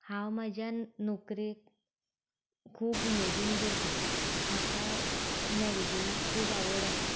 हांव म्हजी नोकरी खूब उमेदीन करतां म्हाका मॅडिसिनांत खूब आवड आसा